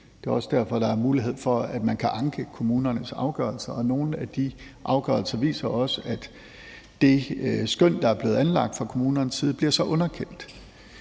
derfor, at der er mulighed for, at man kan anke kommunernes afgørelser. Nogle af de afgørelser viser også, at det skøn, der er blevet anlagt fra kommunernes side, bliver underkendt.